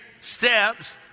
steps